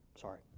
Sorry